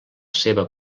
seva